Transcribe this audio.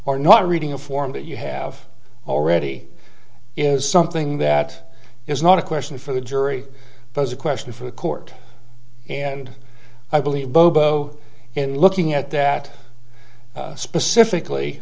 or not reading a form that you have already is something that is not a question for the jury but as a question for the court and i believe bobo and looking at that specifically